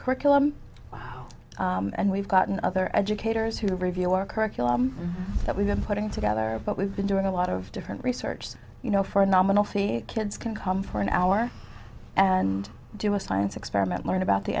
curriculum and we've gotten other educators who review our curriculum that we've been putting together but we've been doing a lot of different research so you know for a nominal fee kids can come for an hour and do a science experiment learn about the